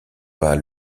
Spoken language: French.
pas